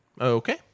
okay